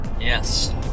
Yes